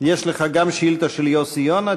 יש לך גם שאילתה של יוסי יונה,